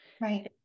right